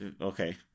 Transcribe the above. okay